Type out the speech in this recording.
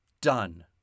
Done